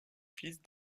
fils